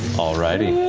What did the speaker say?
all righty,